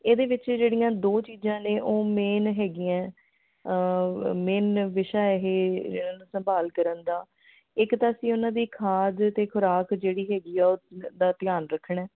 ਇਹਦੇ ਵਿੱਚ ਜਿਹੜੀਆਂ ਦੋ ਚੀਜ਼ਾਂ ਨੇ ਉਹ ਮੇਨ ਹੈਗੀਆਂ ਮੇਨ ਵਿਸ਼ਾ ਇਹ ਸੰਭਾਲ ਕਰਨ ਦਾ ਇੱਕ ਤਾਂ ਅਸੀਂ ਉਹਨਾਂ ਦੀ ਖਾਦ ਅਤੇ ਖੁਰਾਕ ਜਿਹੜੀ ਹੈਗੀ ਆ ਉਹ ਦਾ ਧਿਆਨ ਰੱਖਣਾ